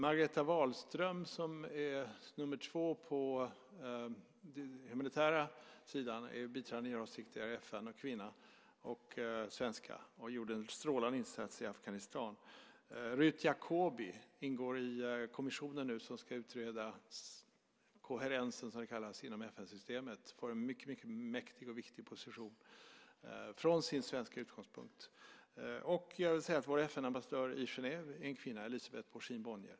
Margareta Wahlström, nr 2 på den militära sidan, biträdande generalsekreterare i FN, kvinna och svenska, gjorde en strålande insats i Afghanistan. Ruth Jacoby ingår i kommissionen som ska utreda koherensen inom FN-systemet. Hon får en mycket mäktig och viktig position - från sin svenska utgångspunkt. Vår ambassadör i Genève är en kvinna, Elisabet Borsiin Bonnier.